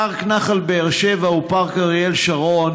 פארק נחל באר שבע ופארק אריאל שרון